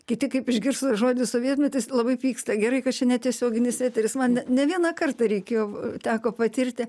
kiti kaip išgirsta žodį sovietmetis labai pyksta gerai kad čia ne tiesioginis eteris man ne vieną kartą reikėjo teko patirti